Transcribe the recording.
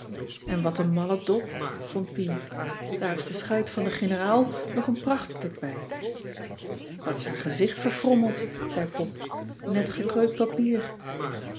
en wat een malle dop vond pien daar is de schuit van de generaal nog een prachtstuk bij wat is haar gezicht verfrommeld zei pop net gekreukt papier